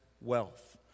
wealth